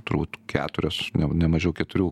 turbūt keturios nemažiau keturių